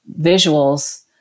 visuals